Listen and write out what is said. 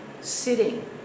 sitting